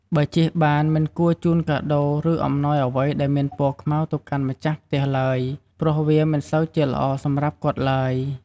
បើជៀសបានមិនគួរជូនកាដូរ ឬអំណោយអ្វីដែលមានពណ៏ខ្មៅទៅកាន់ម្ចាស់ផ្ទះឡើយព្រោះវាមិនសូវជាល្អសម្រាប់គាត់ឡើយ។